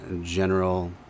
general